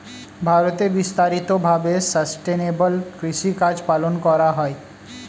ভারতে বিস্তারিত ভাবে সাসটেইনেবল কৃষিকাজ পালন করা হয়